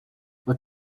what